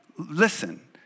Listen